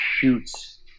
shoots